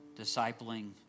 discipling